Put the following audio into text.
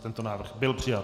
Tento návrh byl přijat.